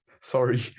sorry